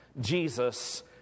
Jesus